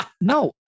no